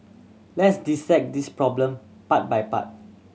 let's dissect this problem part by part